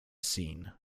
scene